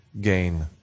gain